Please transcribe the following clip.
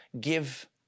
give